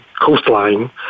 coastline